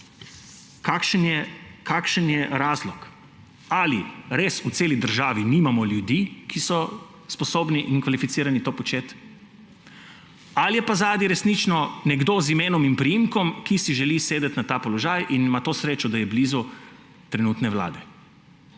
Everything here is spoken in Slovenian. Kakšen je razlog? Ali res v celi državi nimajo ljudi, ki so sposobni in kvalificirani to početi, ali je pa zadaj resnično nekdo z imenom in priimkom, ki se želi usesti na ta položaj in ima to srečo, da je blizu trenutne vlade?